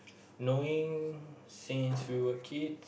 knowing since we were kids